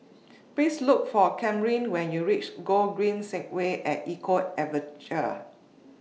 Please Look For Kamryn when YOU REACH Gogreen Segway At Eco Adventure